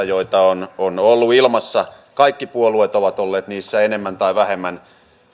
joita on on ollut ilmassa kaikki puolueet ovat olleet niissä enemmän tai vähemmän